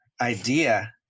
idea